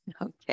Okay